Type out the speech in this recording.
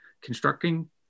Constructing